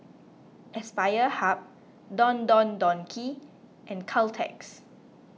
Aspire Hub Don Don Donki and Caltex